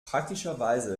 praktischerweise